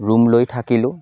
room লৈ থাকিলোঁ